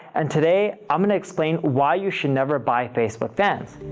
and today i'm going to explain why you should never buy facebook fans.